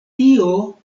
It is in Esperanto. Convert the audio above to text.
tio